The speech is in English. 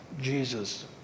Jesus